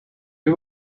you